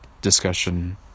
discussion